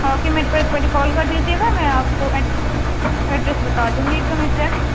okay میرے کو ایک باری کال کر دیجیے گا میں آپ کو ایڈ ایڈریس بتا دوں گی ایک دم اگزیکٹ